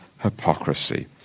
hypocrisy